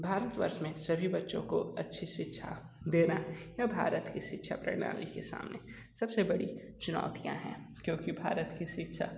भारत वर्ष में सभी बच्चों को अच्छी शिक्षा देना यह भारत की शिक्षा प्रणाली के सामने सबसे बड़ी चुनौतियाँ हैं क्योंकि भारत की शिक्षा